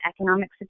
Economic